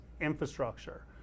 infrastructure